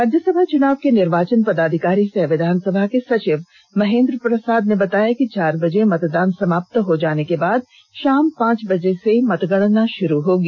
राज्यसभा चुनाव के निर्वाचन पदाधिकारी सह विधानसभा के सचिव महेंद्र प्रसाद ने बताया कि चार बजे मतदान समाप्त हो जाने के बाद शाम पांच बजे से मतगणना प्रारम्भ होगी